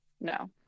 No